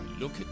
Look